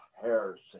heresy